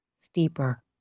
steeper